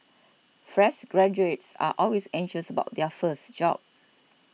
fresh graduates are always anxious about their first job